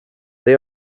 they